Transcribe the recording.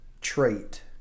trait